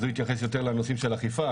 אז הוא יתייחס יותר לנושאים של אכיפה.